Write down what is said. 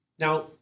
Now